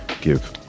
give